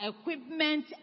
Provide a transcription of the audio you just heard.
equipment